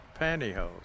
pantyhose